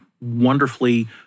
wonderfully